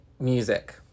music